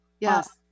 Yes